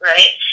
Right